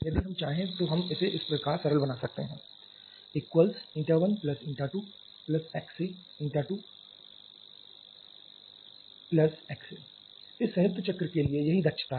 यदि हम चाहें तो हम इसे इस प्रकार सरल बना सकते हैं 12xA21xA इस संयुक्त चक्र के लिए यही दक्षता है